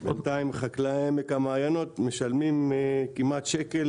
בינתיים חקלאי עמק המעיינות משלמים כמעט שקל